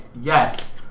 Yes